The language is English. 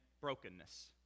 brokenness